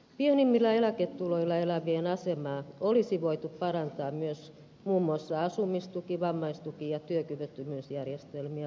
pienimmillä eläketuloilla elävien asemaa olisi voitu parantaa myös muun muassa asumistuki vammaistuki ja työkyvyttömyysjärjestelmiä parantamalla